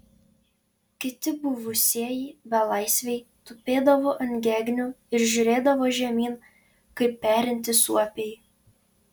kiti buvusieji belaisviai tupėdavo ant gegnių ir žiūrėdavo žemyn kaip perintys suopiai